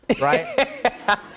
right